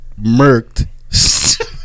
murked